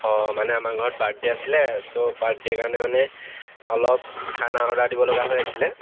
অঁ মানে আমাৰ ঘৰত বাৰ্থডে' আছিলে ছ' বাৰ্থডেৰ কাৰণে মানে অলপ খানা অৰ্ডাৰ দিব লগা হৈ আছিলে